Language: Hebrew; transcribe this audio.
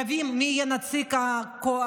רבים מי יהיה נציג האופוזיציה.